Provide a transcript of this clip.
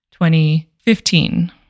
2015